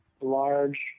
large